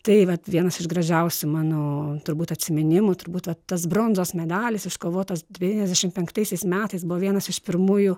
tai vat vienas iš gražiausių mano turbūt atsiminimų turbūt va tas bronzos medalis iškovotas devyniasdešim penktaisiais metais buvo vienas iš pirmųjų